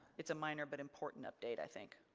it's a minor, but important update i think.